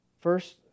First